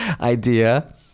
idea